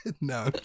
no